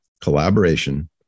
Collaboration